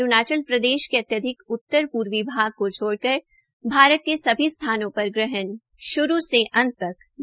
अरूणाचल प्रदेश के अत्याधिक उत्तर पूर्वी भाग को छोड़कर भारत के सभी स्थानों पर ग्रहण शुरू से अंत तक दिखाई देगा